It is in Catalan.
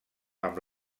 amb